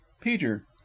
peter